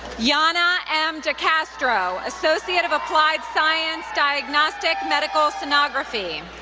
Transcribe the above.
yanna m. de castro, associate of applied science, diagnostic medical sonography.